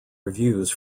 reviews